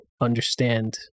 understand